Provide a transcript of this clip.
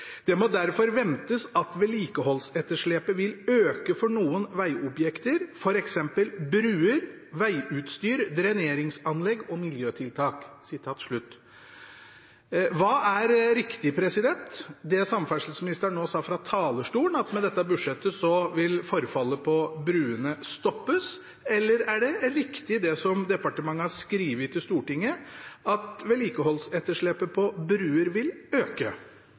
«Det må derfor ventes at vedlikeholdsetterslepet vil øke for noen vegobjekter, f.eks. bruer, vegutstyr, dreneringsanlegg og miljøtiltak.» Hva er riktig – det samferdselsministeren nettopp sa fra talerstolen, at med dette budsjettet vil forfallet på broene stoppes, eller det som departementet har skrevet til Stortinget, at vedlikeholdsetterslepet på broer vil øke?